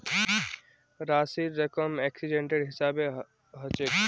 राशिर रकम एक्सीडेंटेर हिसाबे हछेक